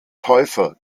täufer